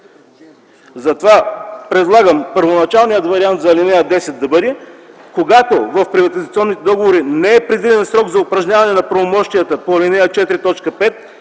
Затова предлагам първоначалният вариант за ал. 10 да бъде: „Когато в приватизационните договори не е предвиден срок за упражняване на правомощията по ал. 4,